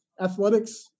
athletics